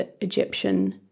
Egyptian